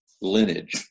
lineage